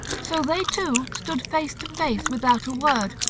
so they two stood face to face without a word,